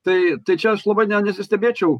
tai tai čia aš labai ne nesistebėčiau